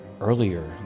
earlier